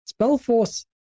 Spellforce